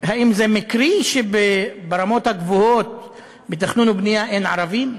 האם זה מקרי שברמות הגבוהות בתכנון ובנייה אין ערבים?